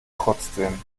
trotzdem